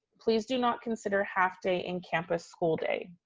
please do not consider half day in campus school day.